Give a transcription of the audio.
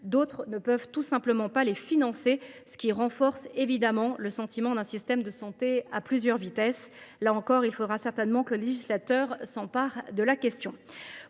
d’autres ne peuvent tout simplement pas les financer, renforçant ainsi le sentiment d’un système de santé à plusieurs vitesses. Là encore, il faudra certainement que le législateur s’empare de la question.